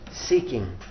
seeking